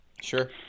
Sure